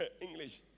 English